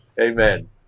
amen